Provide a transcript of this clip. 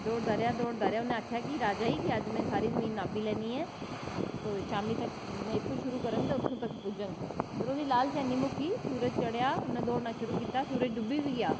दौड़दा रेहा दौड़दा रेहा ते उन्ने आक्खेआ कि राजा जी अज्ज में सारी जमीन नापी लैनी ऐ ते में शामीं तगर इत्थां शुरू करङ ते इत्थें तगर पुज्जङ ते ओह् अगले दिन सूरज चढ़ेआ ते उन्ने चलना शुरू कीता ते फिर डुब्बी बी गेआ